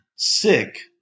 Sick